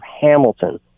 Hamilton